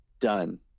done